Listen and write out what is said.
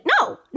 No